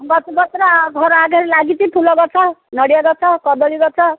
ଗଛପତ୍ର ଘର ଆଗରେ ଲାଗିଛି ଫୁଲ ଗଛ ନଡ଼ିଆ ଗଛ କଦଳୀ ଗଛ